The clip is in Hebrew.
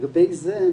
לגבי זה,